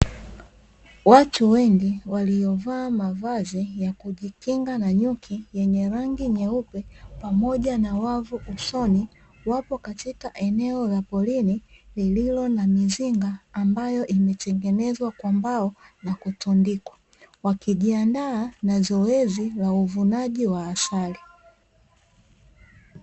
Watu wengi waliovaa mavazi ya kujikinga na nyuki yenye rangi nyeupe pamoja na wavu usoni wapo katika eneo la porini lililo na mizinga ambayo imetengenezwa kwa mbao na kutundikwa, wakijiandaa na zoezi la uvunaji wa asali.